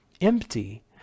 empty